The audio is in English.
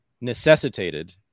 necessitated